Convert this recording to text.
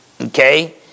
Okay